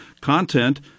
Content